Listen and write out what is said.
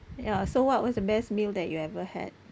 ya so what was the best meal that you ever had